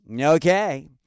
Okay